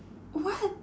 what